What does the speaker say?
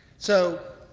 so